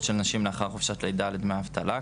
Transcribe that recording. של נשים לאחר חופשת לידה לדמי אבטלה,